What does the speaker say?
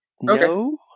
No